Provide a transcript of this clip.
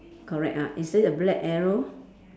correct ah is there a black arrow